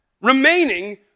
remaining